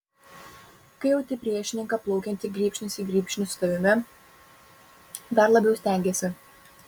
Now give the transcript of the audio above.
kai jauti priešininką plaukiantį grybšnis į grybšnį su tavimi dar labiau stengiesi